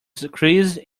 decrease